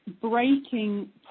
breaking